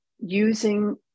using